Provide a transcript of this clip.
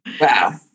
Wow